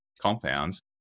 compounds